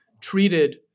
treated